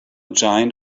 giant